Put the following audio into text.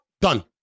Done